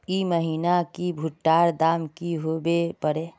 ई महीना की भुट्टा र दाम की होबे परे?